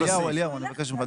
אליהו, אני מבקש ממך.